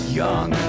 young